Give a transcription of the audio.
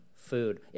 food